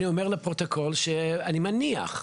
אני אומר לפרוטוקול שאני מניח,